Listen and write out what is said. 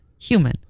human